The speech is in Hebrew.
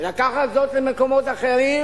ולקחת זאת למקומות אחרים,